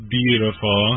beautiful